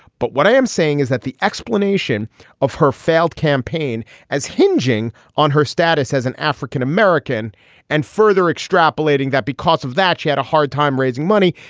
but what i am saying is that the explanation of her failed campaign as hinging on her status as an african-american and further extrapolating that because of that she had a hard time raising money,